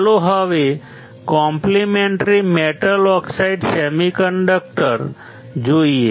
ચાલો હવે complementary metal oxide semiconductor જોઈએ